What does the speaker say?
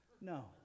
No